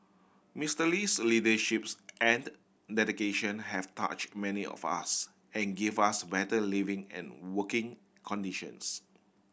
Mister Lee's leaderships and dedication have touch many of us and give us better living and working conditions